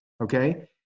Okay